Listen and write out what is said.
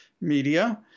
media